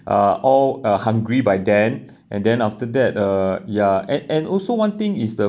uh all are hungry by then and then after that uh ya and and one thing is the